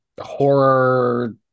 horror